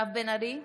מירב בן ארי,